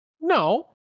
No